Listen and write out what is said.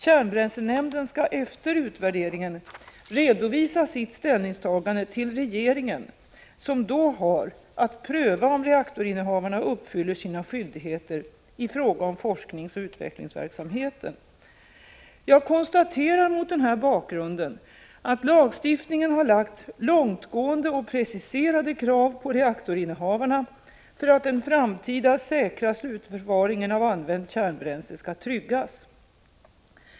Kärnbränslenämnden skall efter utvärderingen redovisa sitt ställningstagande till regeringen, som då har att pröva om reaktorinnehavarna uppfyller sina skyldigheter i fråga om forskningsoch utvecklingsverksamheten. Jag konstaterar mot den här bakgrunden att lagstiftningen har lagt långtgående och preciserade krav på reaktorinnehavarna för att den framtida säkra slutförvaringen av använt kärnbränsle skall tryggas.